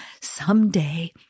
someday